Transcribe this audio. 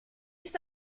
ist